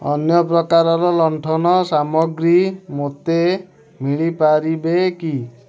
ଅନ୍ୟ ପ୍ରକାରର ଲଣ୍ଠନ ସାମଗ୍ରୀ ମୋତେ ମିଳି ପାରିବ କି